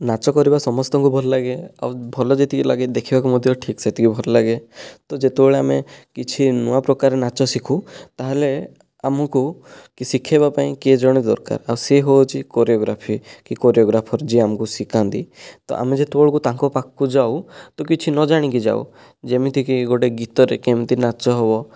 ନାଚ କରିବା ସମସ୍ତଙ୍କୁ ଭଲ ଲାଗେ ଆଉ ଭଲ ଯେତିକି ଲାଗେ ଦେଖିବାକୁ ମଧ୍ୟ ଠିକ୍ ସେତିକି ଭଲ ଲାଗେ ତ ଯେତେବେଳେ ଆମେ କିଛି ନୂଆ ପ୍ରକାର ନାଚ ଶିଖୁ ତା'ହେଲେ ଆମକୁ କିଏ ଶିଖେଇବା ପାଇଁ କିଏ ଜଣେ ଦରକାର ଆଉ ସିଏ ହେଉଛି କୋରିଓଗ୍ରାଫି କି କୋରିଓଗ୍ରାଫର ଯିଏ ଆମକୁ ଶିଖାନ୍ତି ତ ଆମେ ଯେତେବେଳକୁ ତାଙ୍କ ପାଖକୁ ଯାଉ ତ କିଛି ନ ଜାଣିକି ଯାଉ ଯେମିତିକି ଗୋଟିଏ ଗୀତରେ କେମିତି ନାଚ ହେବ